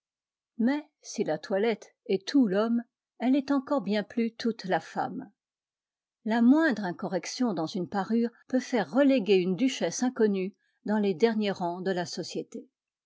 mais si la toilette est tout l'homme elle est encore bien plus toute la femme la moindre incorrection dans une parure peut faire reléguer une duchesse inconnue dans les derniers rangs de la société